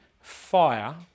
fire